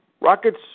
Rockets